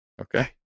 Okay